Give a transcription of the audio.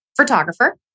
photographer